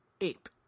ape